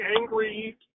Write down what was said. angry